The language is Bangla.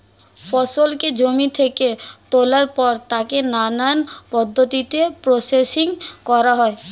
ফসলকে জমি থেকে তোলার পর তাকে নানান পদ্ধতিতে প্রসেসিং করা হয়